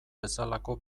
bezalako